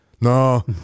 no